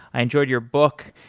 i enjoyed your book.